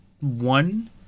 one